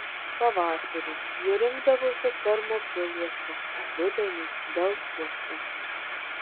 pavasarį jie rinkdavosi termopiluose rudenį delfuose